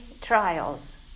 trials